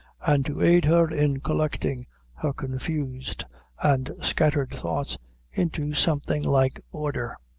and to aid her in collecting her confused and scattered thoughts into something like order.